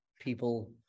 people